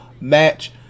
match